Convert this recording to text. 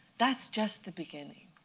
that's just the beginning